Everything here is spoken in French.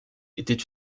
était